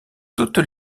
toutes